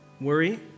worry